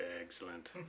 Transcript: Excellent